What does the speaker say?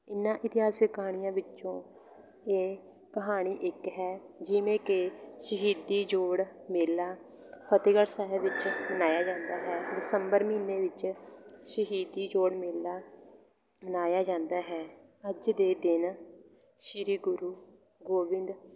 ਇਨ੍ਹਾਂ ਇਤਿਹਾਸਿਕ ਕਹਾਣੀਆਂ ਵਿੱਚੋਂ ਇਹ ਕਹਾਣੀ ਇੱਕ ਹੈ ਜਿਵੇਂ ਕਿ ਸ਼ਹੀਦੀ ਜੋੜ ਮੇਲਾ ਫਤਿਹਗੜ੍ਹ ਸਾਹਿਬ ਵਿੱਚ ਮਨਾਇਆ ਜਾਂਦਾ ਹੈ ਦਸੰਬਰ ਮਹੀਨੇ ਵਿੱਚ ਸ਼ਹੀਦੀ ਜੋੜ ਮੇਲਾ ਮਨਾਇਆ ਜਾਂਦਾ ਹੈ ਅੱਜ ਦੇ ਦਿਨ ਸ਼੍ਰੀ ਗੁਰੂ ਗੋਬਿੰਦ